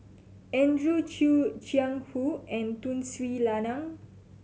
Andrew Chew Jiang Hu and Tun Sri Lanang